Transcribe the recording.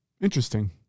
Interesting